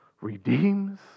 redeems